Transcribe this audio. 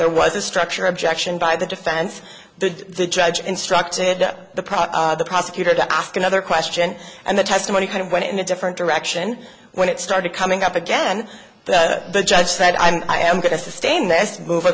there was a structure objection by the defense the the judge instructed the proper prosecutor to ask another question and the testimony kind of went in a different direction when it started coming up again that the judge said i'm i am going to sustain this move